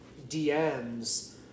DMs